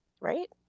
Right